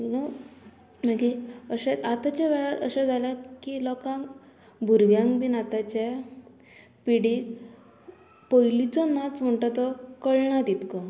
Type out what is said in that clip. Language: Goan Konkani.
यू नो मागी अशें आतांच्या वेळार अशें जाल्या की लोकांक भुरग्यांक बीन आतांच्या पिडीक पयलींचो नाच म्हणटा तो कळना तितको